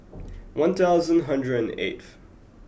one thousand hundred and eighth